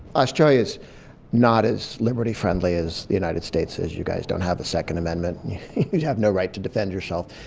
australia's not as liberty friendly as the united states, as you guys don't have a second amendment, you have no right to defend yourself.